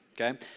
okay